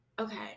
Okay